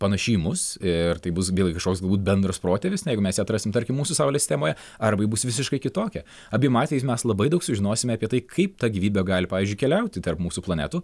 panaši į mus ir tai bus vėlgi kažkoks galbūt bendras protėvis na jeigu mes ją atrasim tarkim mūsų saulės sistemoje arba ji bus visiškai kitokia abiem atvejais mes labai daug sužinosime apie tai kaip ta gyvybė gali pavyzdžiui keliauti tarp mūsų planetų